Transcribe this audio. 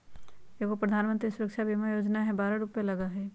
एगो प्रधानमंत्री सुरक्षा बीमा योजना है बारह रु लगहई?